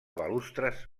balustres